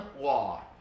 law